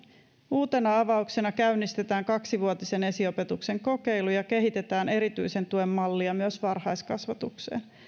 uutena avauksena käynnistetään kaksivuotisen esiopetuksen kokeilu ja kehitetään erityisen tuen mallia myös varhaiskasvatukseen